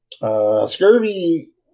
Scurvy